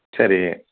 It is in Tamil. சரி